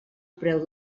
preu